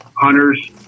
hunters